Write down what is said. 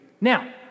Now